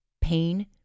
pain